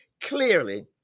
Clearly